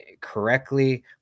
correctly